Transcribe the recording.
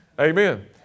Amen